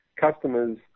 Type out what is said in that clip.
customers